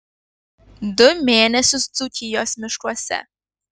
du mėnesius dzūkijos miškuose